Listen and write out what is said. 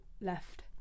left